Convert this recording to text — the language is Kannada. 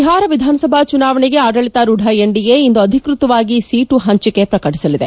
ಬಿಹಾರ ವಿಧಾನಸಭಾ ಚುನಾವಣೆಗೆ ಆಡಳಿತಾರೂಢ ಎನ್ಡಿಎ ಇಂದು ಅಧಿಕ್ಟತವಾಗಿ ಸೀಟು ಪಂಚಿಕೆ ಪ್ರಕಟಿಸಲಿದೆ